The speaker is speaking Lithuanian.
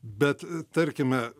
bet tarkime